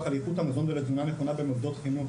על איכות המזון ולתזונה נכונה במוסדות חינוך,